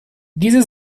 diese